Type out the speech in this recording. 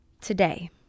Today